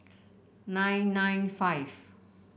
nine nine five